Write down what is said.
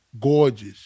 gorgeous